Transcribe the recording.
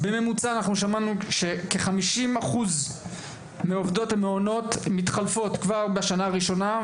שמענו שבממוצע כ-50% מעובדות המעונות מתחלפות כבר בשנה הראשונה.